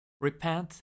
Repent